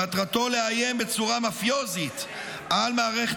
שמטרתו לאיים בצורה מאפיוזית על מערכת